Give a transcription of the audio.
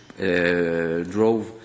drove